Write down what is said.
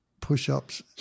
push-ups